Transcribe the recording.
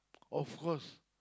of course